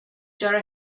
köra